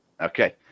Okay